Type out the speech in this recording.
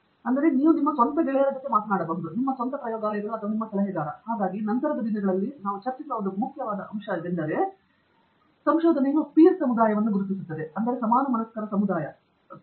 ಆದ್ದರಿಂದ ನಿಮ್ಮ ಸ್ವಂತ ಸ್ನೇಹಿತರು ಮೊದಲು ನೀವು ಮಾತನಾಡಬಹುದು ನಿಮ್ಮ ಸ್ವಂತ ಪ್ರಯೋಗಾಲಯಗಳು ಅಥವಾ ನಿಮ್ಮ ಸಲಹೆಗಾರ ಹಾಗಾಗಿ ನಂತರದ ದಿನಗಳಲ್ಲಿ ನಾವು ಚರ್ಚಿಸುವಂತಹ ಒಂದು ಪ್ರಮುಖವಾದ ಅಂಶವಿದೆ ಇದು ಪೀರ್ ಸಮುದಾಯವನ್ನು ಸಹ ಗುರುತಿಸುತ್ತದೆ ಆದ್ದರಿಂದ ನಾವು ಸ್ವಲ್ಪ ಸಮಯದ ನಂತರ ನಮ್ಮ ಭಾಷಣದಲ್ಲಿ ಬರುತ್ತೇವೆ